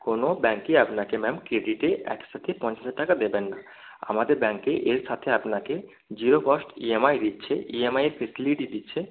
কোনো ব্যাঙ্কই আপনাকে ম্যাম ক্রেডিটে একসাথে পঞ্চাশ হাজার টাকা দেবে না আমাদের ব্যাঙ্কে এর সাথে আপনাকে zero cost E M I দিচ্ছে ই এম আইয়ের ফেসিলিটি দিচ্ছে